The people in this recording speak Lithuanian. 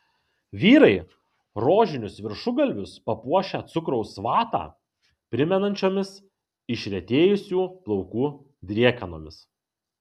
vyrai rožinius viršugalvius papuošę cukraus vatą primenančiomis išretėjusių plaukų driekanomis